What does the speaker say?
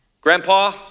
grandpa